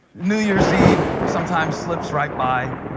new year's eve sometimes slips right by.